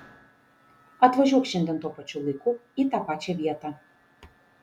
atvažiuok šiandien tuo pačiu laiku į tą pačią vietą